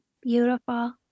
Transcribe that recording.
Beautiful